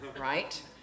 right